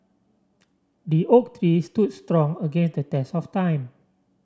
the oak tree stood strong against the test of time